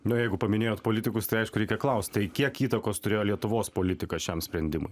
na jeigu paminėjot politikus tai aišku reikia klaust tai kiek įtakos turėjo lietuvos politika šiam sprendimui